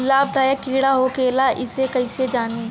लाभदायक कीड़ा भी होखेला इसे कईसे जानी?